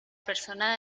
persona